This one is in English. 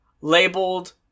labeled